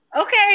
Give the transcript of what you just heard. Okay